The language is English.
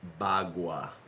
Bagua